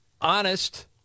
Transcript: Honest